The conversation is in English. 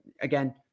again